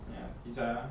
ya pizza uh